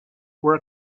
were